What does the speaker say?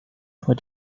for